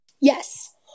Yes